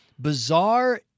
bizarre